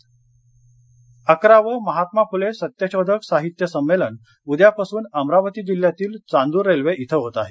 संमेलन अकरावं महात्मा फुले सत्यशोधक साहित्य संमेलन उद्यापासून अमरावती जिल्ह्यातील चांदूर रेल्वे इथं होत आहे